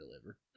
deliver